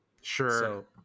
Sure